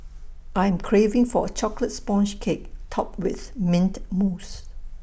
I am craving for A Chocolate Sponge Cake Topped with Mint Mousse